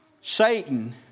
Satan